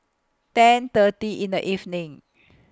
ten thirty in The evening